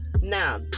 now